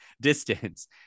distance